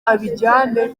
abijyane